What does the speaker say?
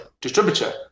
distributor